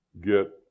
get